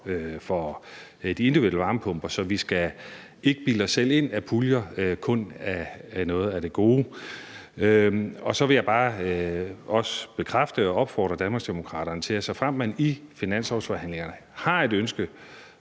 for de individuelle varmepumper, så vi skal ikke bilde os selv ind, at puljer kun er noget af det gode. Så vil jeg også bare komme med en bekræftelse og en opfordring til Danmarksdemokraterne: Såfremt man i finanslovsforhandlingerne har et ønske